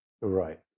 Right